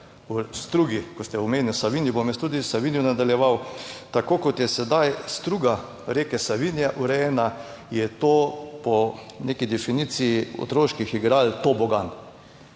strugi, ko ste omenili, v Savinji, bom jaz tudi Savinjo nadaljeval, tako kot je sedaj struga reke Savinje urejena, je to po neki definiciji otroških igral tobogan.